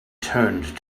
turned